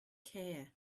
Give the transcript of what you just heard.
care